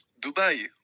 Dubai